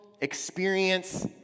experience